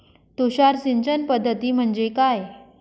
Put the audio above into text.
तुषार सिंचन पद्धती म्हणजे काय?